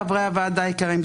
חברי הוועדה יקרים,